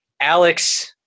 Alex